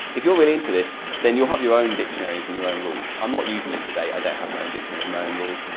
if you're really into this then you have your own dictionaries and your own rules i'm not using it today, i don't have my own dictionaries, my own rules,